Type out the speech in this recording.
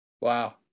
wow